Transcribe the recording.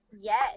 Yes